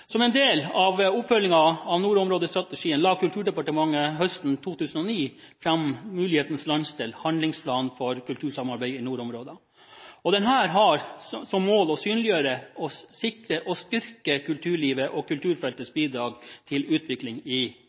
Som en del av oppfølgingen av nordområdestrategien la Kulturdepartementet høsten 2009 fram Mulighetenes landsdel – handlingsplan for kultur i Nordområdene. Den har som mål å synliggjøre, sikre og styrke kulturlivet og kulturfeltets bidrag til utvikling i